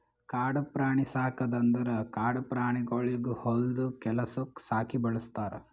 ಕಾಡು ಪ್ರಾಣಿ ಸಾಕದ್ ಅಂದುರ್ ಕಾಡು ಪ್ರಾಣಿಗೊಳಿಗ್ ಹೊಲ್ದು ಕೆಲಸುಕ್ ಸಾಕಿ ಬೆಳುಸ್ತಾರ್